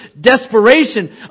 desperation